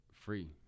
Free